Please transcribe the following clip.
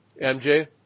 MJ